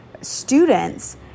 students